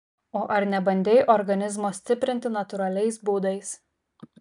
o ar nebandei organizmo stiprinti natūraliais būdais